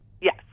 Yes